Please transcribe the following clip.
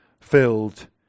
filled